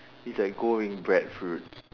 it's like gold ring bread fruit